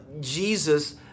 Jesus